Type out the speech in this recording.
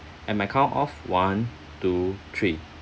in my count of one two three